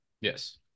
Yes